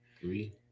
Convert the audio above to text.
Three